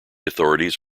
authorities